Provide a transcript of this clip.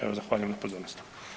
Evo, zahvaljujem na pozornosti.